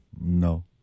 no